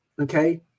okay